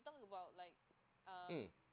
mm